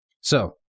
So-